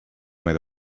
made